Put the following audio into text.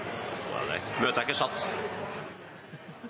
da er det